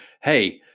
Hey